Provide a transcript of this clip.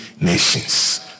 nations